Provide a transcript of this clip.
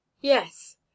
Yes